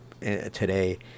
today